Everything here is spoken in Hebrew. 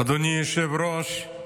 אדוני היושב-ראש,